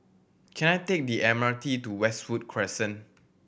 can I take the M R T to Westwood Crescent